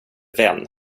vän